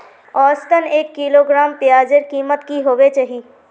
औसतन एक किलोग्राम प्याजेर कीमत की होबे चही?